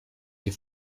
die